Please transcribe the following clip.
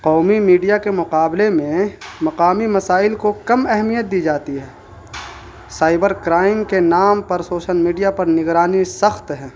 قومی میڈیا کے مقابلے میں مقامی مسائل کو کم اہمیت دی جاتی ہے سائبر کرائم کے نام پر سوشل میڈیا پر نگرانی سخت ہے